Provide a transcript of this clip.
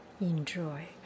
enjoy